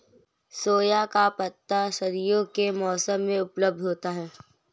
सोआ का पत्ता सर्दियों के मौसम में उपलब्ध होता है